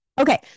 Okay